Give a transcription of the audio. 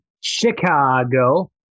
Chicago